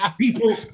people